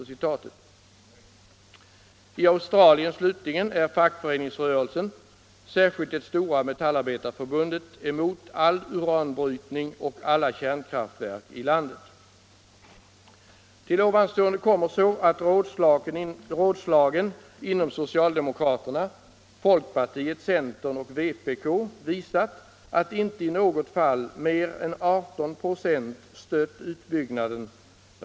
I Australien slutligen är fackföreningsrörelsen — särskilt det stora metallarbetarförbundet - emot all uranbrytning och alla kärnkraftverk i landet. Till det nämnda kommer så att rådslagen inom det socialdemokratiska partiet, folkpartiet, centern och vpk visar att inte i något fall mer än 18 96 av deltagarna stött utbyggnaden.